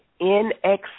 NX